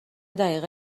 دقیقه